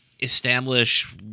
establish